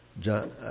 John